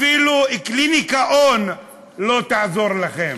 אפילו "קליניקה און" לא תעזור לכם.